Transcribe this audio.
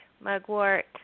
mugwort